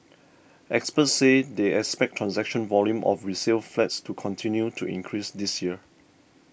experts say they expect transaction volume of resale flats to continue to increase this year